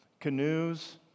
canoes